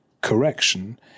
correction